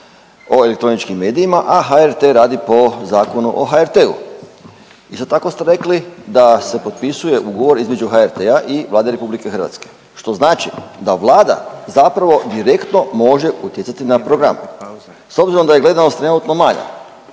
o elektroničkim medijima, a HRT radi po Zakonu o HRT-u, isto tako ste rekli da se potpisuje ugovor između HRT-a i Vlade RH što znači da Vlada zapravo direktno može utjecati na program. S obzirom da je gledanost trenutno manja